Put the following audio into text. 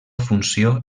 funció